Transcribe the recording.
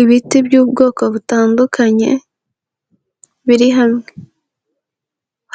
Ibiti by'ubwoko butandukanye, biri hamwe.